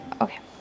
Okay